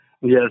yes